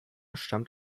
stammt